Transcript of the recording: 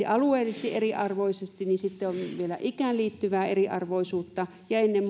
alueellisesti eriarvoisesti siinä on vielä myös ikään liittyvää eriarvoisuutta eriarvoisuutta ennen